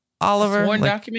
Oliver